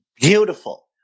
Beautiful